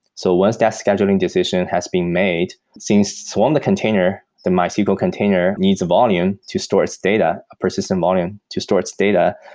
so once that scheduling decision has been made, seem so so um the container, the mysql container, needs a volume to store its data, a persistent volume to store its data,